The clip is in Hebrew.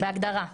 בהגדרה.